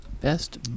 Best